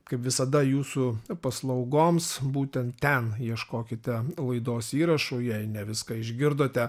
kaip visada jūsų paslaugoms būtent ten ieškokite laidos įrašo jei ne viską išgirdote